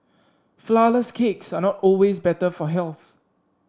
flourless cakes are not always better for health